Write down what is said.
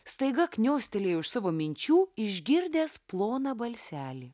staiga kniostelėjo iš savo minčių išgirdęs ploną balselį